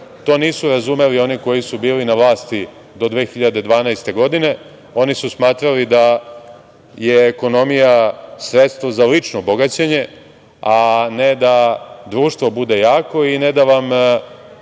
nisu razumeli oni koji su bili na vlasti do 2012. godine. Oni su smatrali da je ekonomija sredstvo za lično bogaćenje, a ne da društvo bude jako i ne da vam